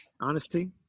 Honesty